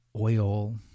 oil